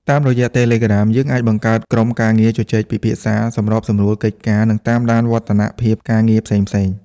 តាមរយៈ Telegram យើងអាចបង្កើតក្រុមការងារជជែកពិភាក្សា សម្របសម្រួលកិច្ចការ និងតាមដានវឌ្ឍនភាពការងារផ្សេងៗ។